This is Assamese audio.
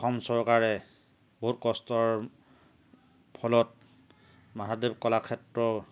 অসম চৰকাৰে বহুত কষ্টৰ ফলত মাধৱদেৱ কলাক্ষেত্ৰ